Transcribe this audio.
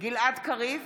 גלעד קריב,